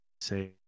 say